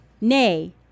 Nay